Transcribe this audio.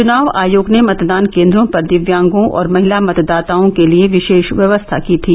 चुनाव आयोग ने मतदान केन्द्रों पर दिव्यांगों और महिला मतदाताओं के लिये विषेश व्यवस्था की थी